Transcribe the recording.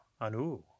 Anu